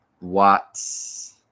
Watts